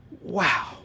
wow